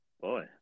Boy